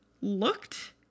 looked